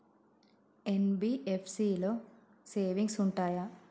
NBFC లో savings ఉంటయా?